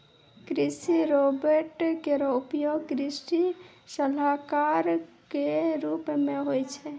कृषि रोबोट केरो उपयोग कृषि सलाहकार क रूप मे होय छै